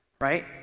right